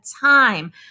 time